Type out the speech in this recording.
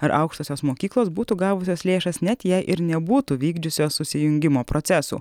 ar aukštosios mokyklos būtų gavusios lėšas net jei ir nebūtų vykdžiusios susijungimo procesų